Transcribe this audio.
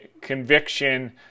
conviction